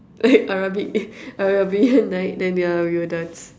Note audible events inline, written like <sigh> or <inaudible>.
<laughs> Arabic <laughs> Arabian night then yeah we will dance